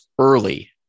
early